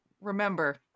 remember